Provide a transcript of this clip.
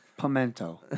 Pimento